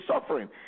suffering